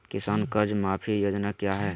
किसान कर्ज माफी योजना क्या है?